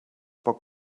poc